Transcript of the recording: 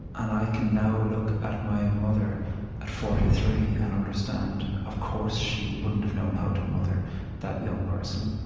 and i can now look at my mother at forty three and understand of course, she wouldn't have known how to mother that young person.